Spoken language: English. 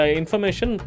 information